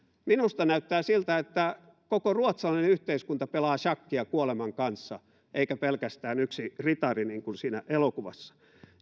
minusta näyttää siltä että koko ruotsalainen yhteiskunta pelaa shakkia kuoleman kanssa eikä pelkästään yksi ritari niin kuin siinä elokuvassa